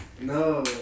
No